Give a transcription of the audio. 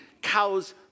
Cows